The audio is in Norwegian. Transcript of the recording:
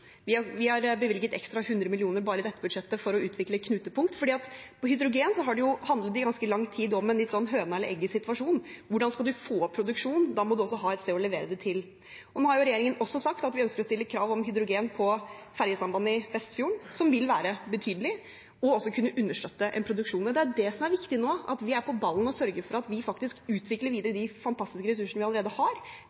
Vi har bevilget 100 mill. kr ekstra bare i dette budsjettet for å utvikle knutepunkt. For på hydrogen handlet det i ganske lang tid om en høna eller egget-situasjon: Hvordan skal man få opp produksjonen? Da må man også ha et sted å levere det til. Nå har jo regjeringen også sagt at vi ønsker å stille krav om hydrogen på ferjesambandet i Vestfjorden, noe som vil være betydelig, og som også vil kunne understøtte en produksjon. Det er det som er viktig nå, at vi er på ballen og sørger for at vi faktisk utvikler videre